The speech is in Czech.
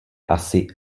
asi